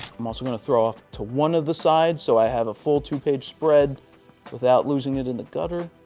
i'm also going to throw off to one of the sides, so i have a full two page spread without losing it in the gutter.